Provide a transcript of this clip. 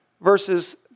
verses